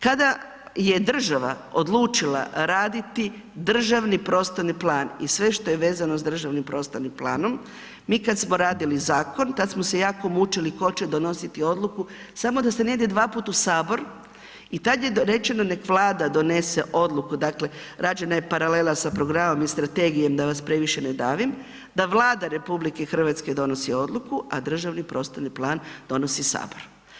Kada je država odlučila raditi državni prostorni plan i sve što je vezano s državnim prostornim planom mi kad smo radili zakon, tad smo se jako mučili tko će donositi odluku, samo da se ne ide dvaput u Sabor i tad je rečeno neka Vlada donese odluku, dakle, rađena je paralela sa Programom i Strategijom da vas previše ne davim, da Vlada Republike Hrvatske donosi Odluku, a Državni prostorni plan donosi Sabor.